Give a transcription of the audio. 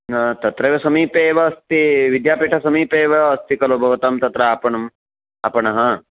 न तत्रैव समीपे एव अस्ति विद्यापीठसमीपे एव अस्ति खलु भवतां तत्र आपणम् आपणः